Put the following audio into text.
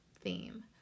theme